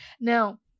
Now